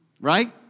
right